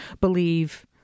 believe